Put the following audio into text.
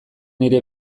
nire